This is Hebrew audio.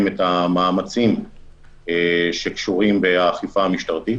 את המאמצים שקשורים באכיפה המשטרתית.